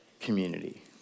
community